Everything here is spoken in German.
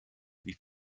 wie